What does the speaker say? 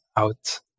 out